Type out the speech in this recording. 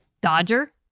Dodger